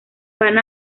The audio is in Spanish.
van